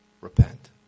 Repent